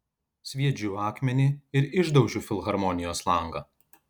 sviedžiu akmenį ir išdaužiu filharmonijos langą